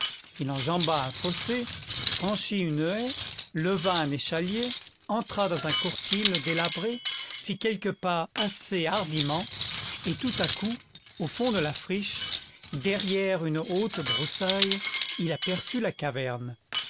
il enjamba un fossé franchit une haie leva un échalier entra dans un courtil délabré fit quelques pas assez hardiment et tout à coup au fond de la friche derrière une haute broussaille il aperçut la caverne